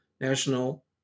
National